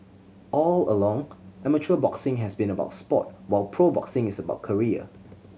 all along amateur boxing has been about sport while pro boxing is about career